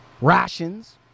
rations